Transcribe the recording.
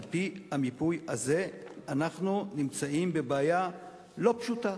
על-פי המיפוי הזה אנחנו נמצאים בבעיה לא פשוטה